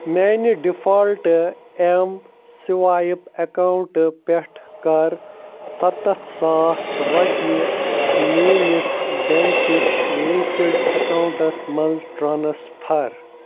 میٛانہِ ڈِفالٹہٕ ایٚم سُوایپ اکاوُنٛٹہٕ پٮ۪ٹھ کَر سَتتھ ساس رۄپیہِ میٛٲنِس بیٛنکہٕ کِس لِنکٕڈ اکاوُنٛٹَس مَنٛز ٹرانٕسفر